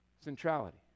Centrality